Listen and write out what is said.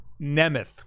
Nemeth